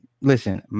Listen